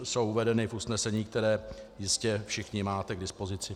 Jsou uvedeny v usnesení, které jistě všichni máte k dispozici.